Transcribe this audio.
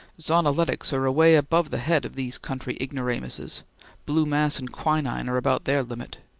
zonoletics are away above the head of these country ignoramuses blue mass and quinine are about their limit.